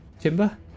timber